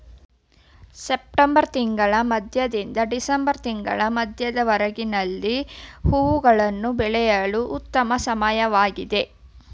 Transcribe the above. September ತಿಂಗಳ ಮಧ್ಯದಿಂದ December ತಿಂಗಳ ಮಧ್ಯದವರೆಗೆ ಲಿಲ್ಲಿ ಹೂವುಗಳನ್ನು ಬೆಳೆಯಲು ಉತ್ತಮ ಸಮಯವಾಗಿದೆ